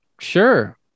sure